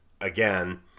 again